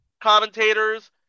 commentators